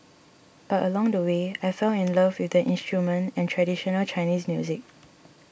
but along the way I fell in love with the instrument and traditional Chinese music